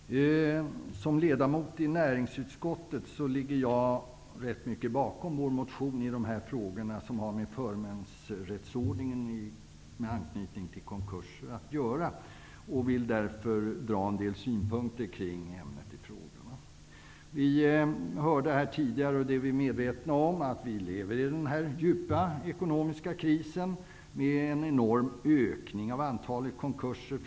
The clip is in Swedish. Herr talman! Som ledamot i näringsutskottet ligger jag bakom en stor del av Ny demokratis motion om förmånsrättsordningen, med anknytning till konkurser. Jag vill därför anföra en del synpunkter i ämnet. Vi hörde tidigare, vilket vi är medvetna om, att vi lever i en djup ekonomisk kris, med en enorm ökning av antalet konkurser.